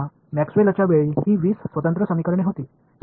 மீண்டும் மேக்ஸ்வெல்லின் Maxwell's காலத்தின் போது இவை 20 தனித்தனி சமன்பாடுகள்